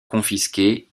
confisqués